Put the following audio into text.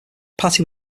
patty